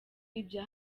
ibya